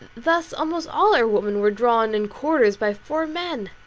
thus almost all our women were drawn in quarters by four men.